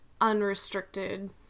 unrestricted